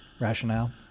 rationale